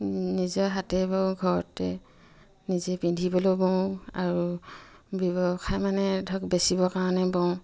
নিজৰ হাতে বওঁ ঘৰতে নিজে পিন্ধিবলৈয়ো বওঁ আৰু ব্যৱসায় মানে ধৰক বেচিবৰ কাৰণে বওঁ